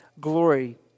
glory